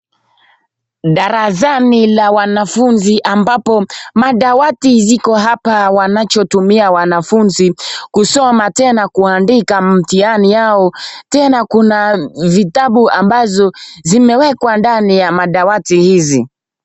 Darasani la wanafunzi ambapo madawati ziko hapa wanachotumia wanafunzi kusoma tena kunandika mtihani yao. Tena kuna vitabu ambazo zimewekwa ndani ya madawati hizi.